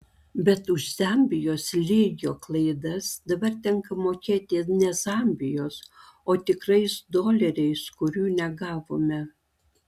bet už zambijos lygio klaidas dabar tenka mokėti ne zambijos o tikrais doleriais kurių negavome